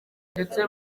ndetse